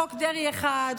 חוק דרעי 1,